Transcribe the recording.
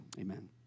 amen